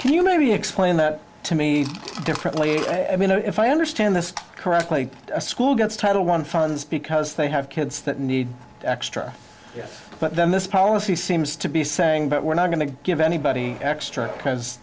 can you maybe explain that to me differently i mean if i understand this correctly a school gets title one funds because they have kids that need extra yes but then this policy seems to be saying that we're not going to give anybody extra